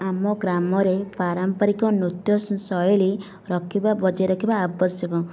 ଆମ ଗ୍ରାମରେ ପାରାମ୍ପାରିକ ନୃତ୍ୟ ଶୈଳୀ ରଖିବା ବଜାଇ ରଖିବା ଆବଶ୍ୟକ